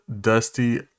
dusty